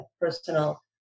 personal